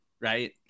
right